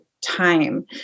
time